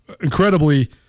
incredibly